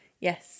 yes